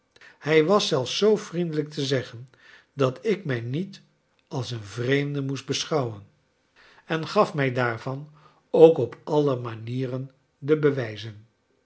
hij was zelfs zoo vriendelijk te zeggen dat ik mij niet als een vreemde moest beschouwen en gaf mij daarvan ook op alle manieren de bewijzen